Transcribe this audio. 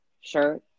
shirt